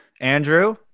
Andrew